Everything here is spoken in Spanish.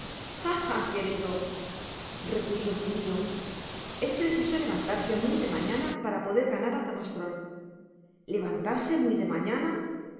querido repuso el judio es preciso levantarse muy de mañana para poder ganar al camastron levantarse muy de mañana